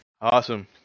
Awesome